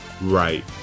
right